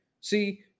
See